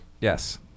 yes